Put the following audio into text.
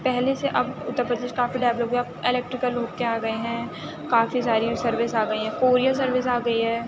پہلے سے اب اُتر پردیش کافی ڈیویلپ ہو گیا الیکٹریکل حقّے آ گیے ہیں کافی ساری سروس آ گئی ہیں کوریر سروس آ گئی ہے